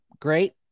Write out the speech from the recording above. great